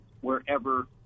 wherever